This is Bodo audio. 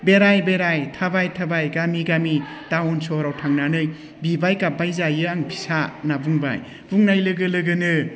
बेराय बेराय थाबाय थाबाय गामि गामि टाउन सहराव थांनानै बिबाय गाबबाय जायो आं फिसा होनना बुंबाय बुंनाय लोगो लोगोनो